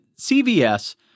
CVS